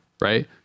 right